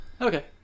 Okay